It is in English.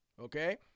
okay